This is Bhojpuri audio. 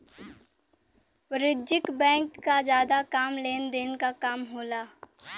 वाणिज्यिक बैंक क जादा काम लेन देन क काम होला